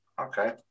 okay